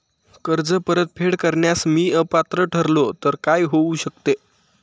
कर्ज परतफेड करण्यास मी अपात्र ठरलो तर काय होऊ शकते?